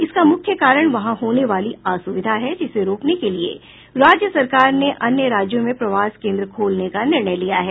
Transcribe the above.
इसका मुख्य कारण वहां होने वाली असुविधा है जिसे राकने के लिये राज्य सरकार ने अन्य राज्यों में प्रवास केंद्र खोलने का निर्णय लिया है